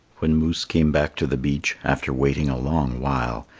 when moose came back to the beach, after waiting a long while,